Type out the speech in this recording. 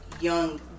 young